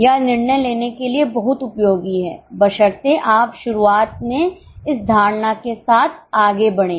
यह निर्णय लेने के लिए बहुत उपयोगी है बशर्ते आप शुरुआत में इस धारणा के साथ आगे बढ़ें